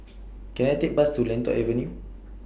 Can I Take Bus to Lentor Avenue